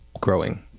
growing